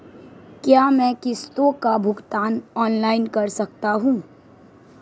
क्या मैं किश्तों का भुगतान ऑनलाइन कर सकता हूँ?